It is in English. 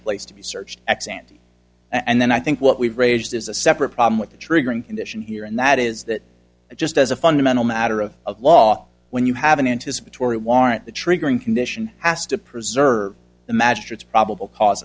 place to be searched ex ante and then i think what we've raised is a separate problem with the triggering condition here and that is that just as a fundamental matter of law when you have an anticipatory warrant the triggering condition has to preserve the magistrate's probable cause